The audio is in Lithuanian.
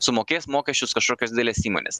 sumokės mokesčius kažkokios didelės įmonės